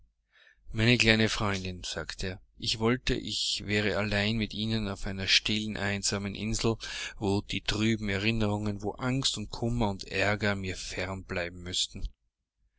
meine kleine freundin sagte er ich wollte ich wäre allein mit ihnen auf einer stillen einsamen insel wo die trüben erinnerungen wo angst und kummer und ärger mir fern bleiben müßten